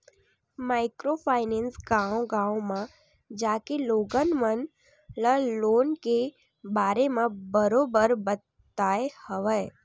micro finance गाँव गाँव म जाके लोगन मन ल लोन के बारे म बरोबर बताय हवय